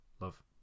Love